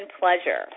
pleasure